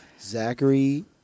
Zachary